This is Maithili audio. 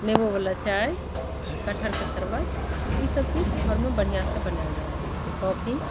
नेबो बला चाय कटहरके शरबत ई सभ चीज घरमे बढ़िआँ से बनायल जा सकैत छै कॉफी